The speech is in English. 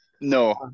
No